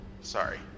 Sorry